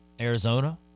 arizona